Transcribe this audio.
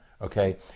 Okay